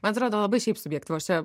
man atrodo labai šiaip subjektyvu aš čia